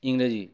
ইংরেজি